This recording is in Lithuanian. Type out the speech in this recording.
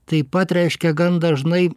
taip pat reiškia gan dažnai